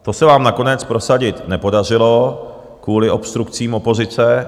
To se vám nakonec prosadit nepodařilo kvůli obstrukcím opozice.